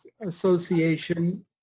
Association